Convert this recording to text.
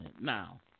Now